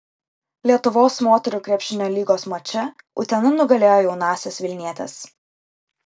lietuvos moterų krepšinio lygos mače utena nugalėjo jaunąsias vilnietes